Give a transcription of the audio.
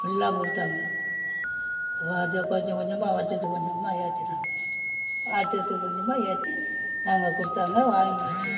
இப்படிலாம் கொடுத்தாங்க கொஞ்சம் கொஞ்சம் கொஞ்சமாக வருடத்துக்கு கொஞ்சமாக ஏற்றுனாங்க வருடத்துக்கு கொஞ்சமாக ஏற்றி அவங்க கொடுத்தாங்க வாங்கிக்கிட்டு இருக்கோம்